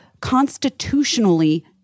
constitutionally